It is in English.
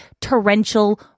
torrential